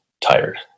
tired